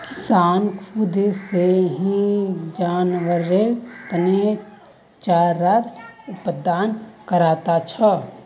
किसान खुद से ही जानवरेर तने चारार उत्पादन करता छे